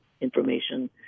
information